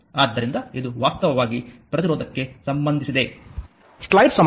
ಆದ್ದರಿಂದ ಇದು ವಾಸ್ತವವಾಗಿ ಪ್ರತಿರೋಧಕ್ಕೆ ಸಂಬಂಧಿಸಿದೆ